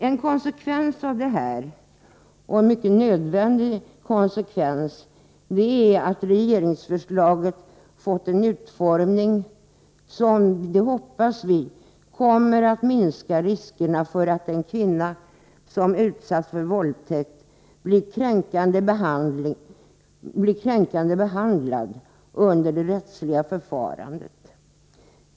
En konsekvens av detta — och en mycket nödvändig sådan — är att regeringsförslaget har fått en utformning, som förhoppningsvis kommer att minska riskerna för att en kvinna som utsatts för våldtäkt blir kränkande behandlad under det rättsliga förfarandet.